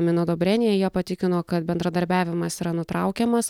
minudobrėnija jie patikino kad bendradarbiavimas yra nutraukiamas